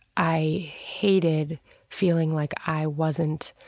i hated feeling like i wasn't